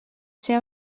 ser